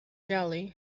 jelly